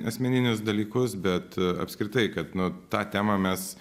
asmeninius dalykus bet apskritai kad nu tą temą mes